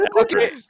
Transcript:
Okay